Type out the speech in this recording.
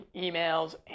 emails